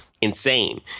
insane